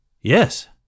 Yes